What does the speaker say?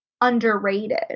underrated